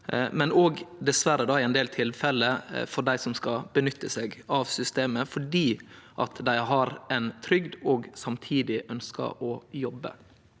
men dessverre òg i ein del tilfelle for dei som skal nytte seg av systemet fordi dei har ei trygd og samtidig ønskjer å jobbe.